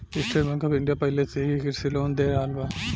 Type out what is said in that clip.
estate Bank of India पाहिले से ही कृषि लोन दे रहल बा